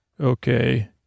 Okay